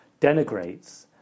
denigrates